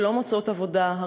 שלא מוצאות עבודה,